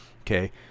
okay